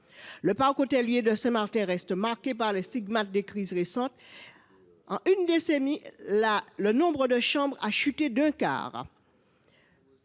le parc hôtelier de Saint Martin restant marqué par les stigmates des crises récentes : en une décennie, le nombre de chambres disponibles a chuté d’un quart.